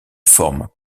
forment